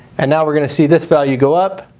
and now we're going to see this value go up,